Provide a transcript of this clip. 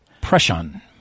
Prussian